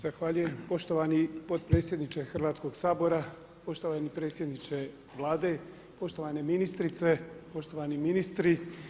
Zahvaljujem poštovani potpredsjedniče Hrvatskog sabora, poštovani predsjedniče Vlade, poštovane ministrice, poštovani ministri.